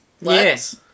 Yes